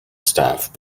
staff